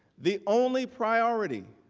the only priority